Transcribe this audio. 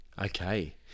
Okay